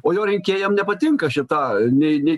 o jo rinkėjam nepatinka šita nei nė